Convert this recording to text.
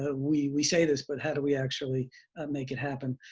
ah we we say this, but how do we actually make it happen?